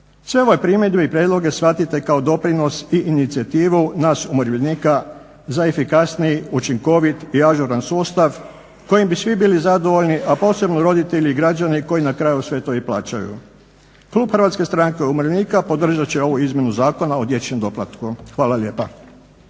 Sve ove primjedbe i prijedloge shvatite kao doprinos i inicijativu nas umirovljenika za efikasniji, učinkovit i ažuran sustav kojim bi svi bili zadovoljni a posebno roditelji i građani koji na kraju sve to i plaćaju. Klub HSU-a podržat će ovu izmjenu Zakona o dječjem doplatku. Hvala lijepo.